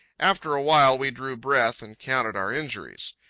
after a while we drew breath and counted our injuries.